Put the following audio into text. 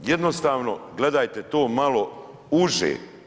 Jednostavno gledajte to malo uže.